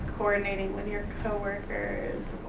coordinating with your coworkers or